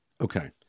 Okay